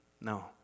No